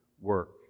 work